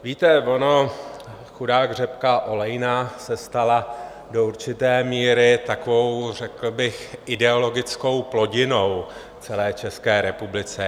Víte, ona chudák řepka olejná se stala do určité míry takovou řekl bych ideologickou plodinou v celé České republice.